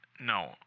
No